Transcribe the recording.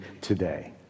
today